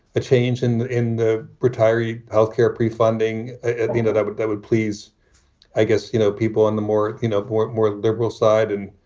a change in in the retiree health care prefunding. know, and that would that would please i guess, you know, people in the more, you know, bought more liberal side and,